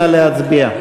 נא להצביע.